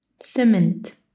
Cement